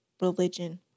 religion